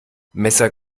messer